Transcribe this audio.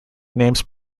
names